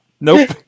nope